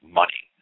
money